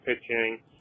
pitching